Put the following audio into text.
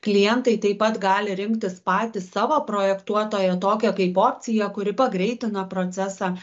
klientai taip pat gali rinktis patys savo projektuotoją tokią kaip opciją kuri pagreitina procesą